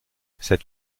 cette